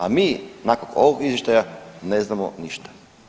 A mi nakon ovog izvještaja ne znamo ništa.